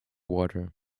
water